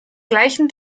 gleichen